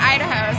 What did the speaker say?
Idaho